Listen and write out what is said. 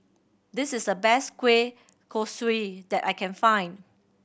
this is the best kueh kosui that I can find